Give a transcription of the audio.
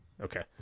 Okay